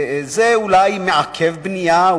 זה אולי מעכב בנייה,